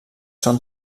són